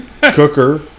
cooker